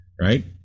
right